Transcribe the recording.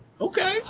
Okay